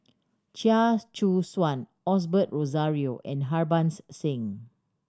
Chia Choo Suan Osbert Rozario and Harbans Singh